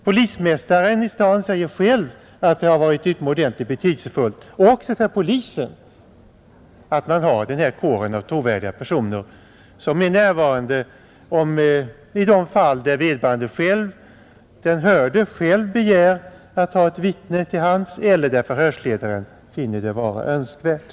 Polismästaren i Göteborg säger själv att det har varit utomordentligt betydelsefullt också för polisen att man har den här kåren av trovärdiga personer, som är närvarande i de fall där den hörde själv begär att få ha ett vittne till hands eller där förhörsledaren finner det vara önskvärt.